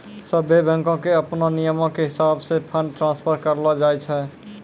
सभ्भे बैंको के अपनो नियमो के हिसाबैं से फंड ट्रांस्फर करलो जाय छै